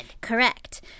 Correct